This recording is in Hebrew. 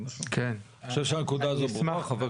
אני חושב שהנקודה הזו ברורה.